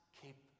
keep